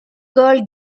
girl